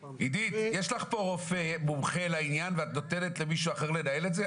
יש לך פה רופא מומחה לעניין ואת נותנת למישהו אחר לנהל את זה?